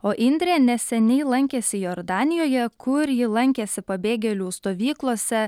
o indrė neseniai lankėsi jordanijoje kur ji lankėsi pabėgėlių stovyklose